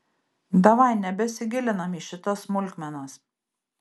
davai nebesigilinam į šitas smulkmenas